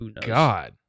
god